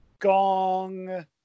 Gong